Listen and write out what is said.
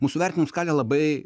mūsų vertinimų skalė labai